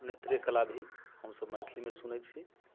नेत्रिय कला भी हमसभ मैथिलीमे सुनैत छी